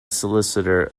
solicitor